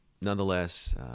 nonetheless